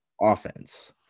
offense